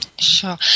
Sure